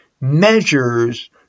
measures